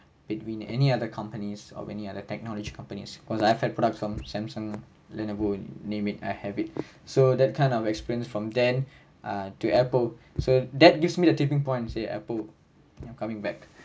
between any other companies or any other technology companies because I've had products from samsung lenovo name it I have it so that kind of experience from them uh to apple so that gives me the tipping point say apple I'm coming back